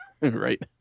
right